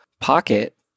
pocket